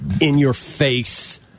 in-your-face